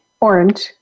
orange